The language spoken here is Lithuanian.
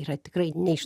yra tikrai ne iš